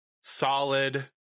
solid